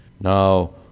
Now